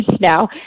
now